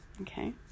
okay